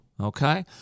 Okay